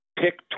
pick